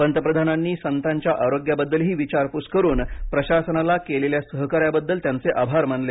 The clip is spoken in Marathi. पंतप्रधानांनी संतांच्या आरोग्याबद्दलही विचारपूस करून प्रशासनाला केलेल्या सहकार्याबद्दल त्यांचे आभार मानले